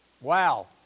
Wow